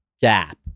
gap